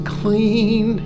clean